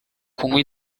kunywa